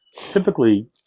typically